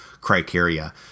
criteria